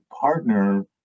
partner